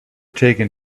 taken